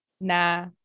Nah